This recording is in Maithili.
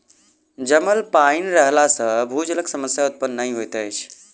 जमल पाइन रहला सॅ भूजलक समस्या उत्पन्न नै होइत अछि